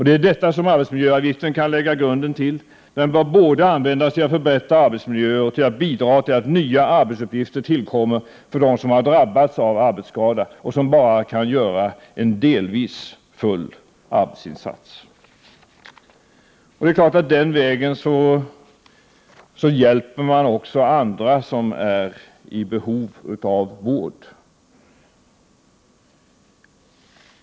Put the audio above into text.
Det är detta som arbetsmiljöavgiften kan lägga grunden till, när den kan användas både till att förbättra arbetsmiljön och till att bidra till att nya arbetsuppgifter tillkommer för dem som har drabbats av arbetsskada och som bara delvis kan göra en full arbetsinsats. Det är klart att man den vägen också hjälper andra människor som är i behov av vård.